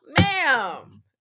ma'am